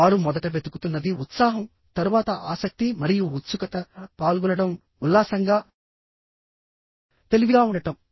వారు మొదట వెతుకుతున్నది ఉత్సాహం తరువాత ఆసక్తి మరియు ఉత్సుకత పాల్గొనడం ఉల్లాసంగా తెలివిగా ఉండటం